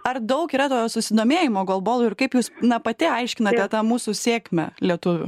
ar daug yra to susidomėjimo golbolu ir kaip jūs na pati aiškinate tą mūsų sėkmę lietuvių